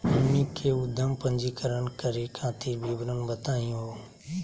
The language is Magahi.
हमनी के उद्यम पंजीकरण करे खातीर विवरण बताही हो?